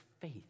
faith